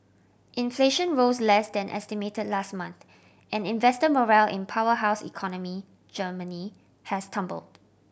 inflation rose less than estimated last month and investor morale in powerhouse economy Germany has tumbled